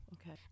okay